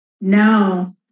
No